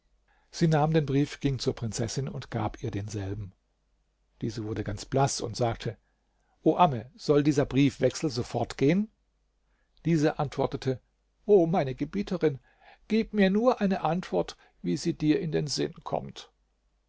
sie nahm den brief ging zur prinzessin und gab ihr denselben diese wurde ganz blaß und sagte o amme soll dieser briefwechsel so fortgehen diese antwortete o meine gebieterin gib mir nur eine antwort wie sie dir in den sinn kommt